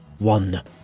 One